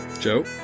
Joe